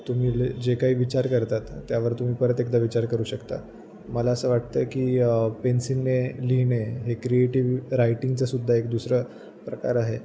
तुम्ही ले जे काही विचार करतात त्यावर तुम्ही परत एकदा विचार करू शकता मला असं वाटतं की पेन्सिलने लिहिणे हे क्रिएटिव्ह रायटिंगचं सुद्धा एक दुसरा प्रकार आहे